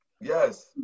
Yes